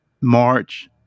march